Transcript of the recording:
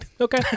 Okay